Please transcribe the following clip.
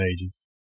ages